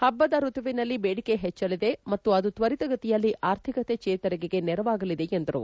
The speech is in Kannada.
ಹಬ್ಲದ ಋತುವಿನಲ್ಲಿ ಬೇಡಿಕೆ ಹೆಚ್ಚಲಿದೆ ಮತ್ತು ಅದು ತ್ವರಿತಗತಿಯಲ್ಲಿ ಆರ್ಥಿಕತೆ ಚೇತರಿಕೆಗೆ ನೆರವಾಗಲಿದೆ ಎಂದರು